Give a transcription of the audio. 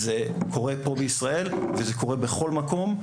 זה קורה פה בישראל, וזה קורה בכל מקום.